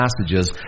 passages